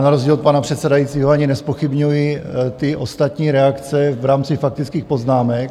Na rozdíl od pana předsedajícího ani nezpochybňuji ty ostatní reakce v rámci faktických poznámek.